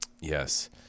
Yes